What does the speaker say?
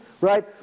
right